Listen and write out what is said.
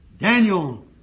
Daniel